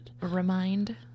remind